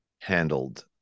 handled